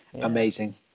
amazing